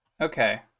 Okay